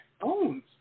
owns